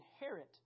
inherit